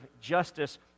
justice